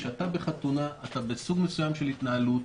כשאתה בחתונה אתה בסוג מסוים של התנהלות